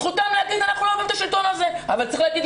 זכותם להחליט שהם לא אוהבים את השלטון הזה אבל צריך לקרוא